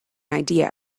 idea